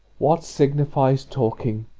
what signifies talking